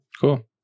Cool